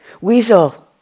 Weasel